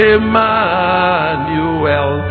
Emmanuel